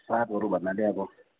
सागहरू भन्नाले अब